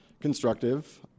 constructive